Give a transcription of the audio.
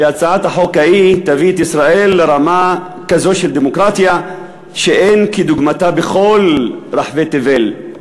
היא תביא את ישראל לרמה כזאת של דמוקרטיה שאין כדוגמתה בכל רחבי תבל.